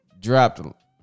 dropped